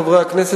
נכון.